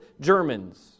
Germans